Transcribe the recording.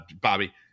Bobby